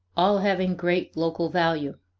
all having great local value.